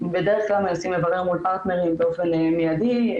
בדרך כלל מנסים לברר מול פרטנר באופן מיידי,